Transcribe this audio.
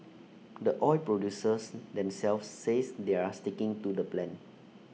the oil producers themselves say they're sticking to the plan